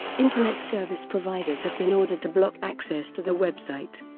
internet service providers have been ordered to block access to the website.